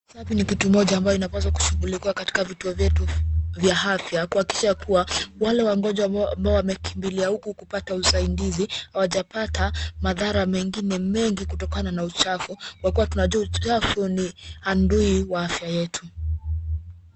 Usafi ni kitu moja ambayo inapaswa kushughulikiwa katika vituo vyetu vya afya kuhakikisha kuwa wale wagonjwa ambao wamekimbilia huku kupata usaidizi hawajapata madhara mengine mengi kutokana na uchafu kwa kuwa tunajua uchafu ni adui wa afya yetu.